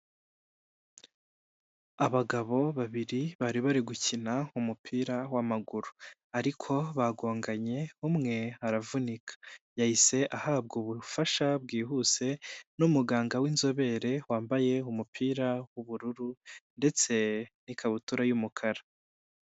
Abagabo babiri bari bari gukina umupira w'amaguru ariko bagonganye umwe aravunika yahise ahabwa ubufasha bwihuse n'umuganga w'inzobere wambaye umupira w'ubururu ndetse n'ikabutura y'umukara.